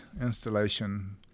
installation